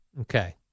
Okay